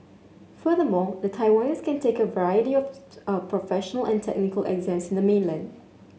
furthermore the Taiwanese can take a variety of a professional and technical exams in the mainland